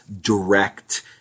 direct